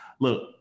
Look